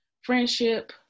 friendship